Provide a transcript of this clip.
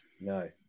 no